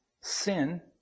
sin